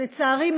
שלצערי,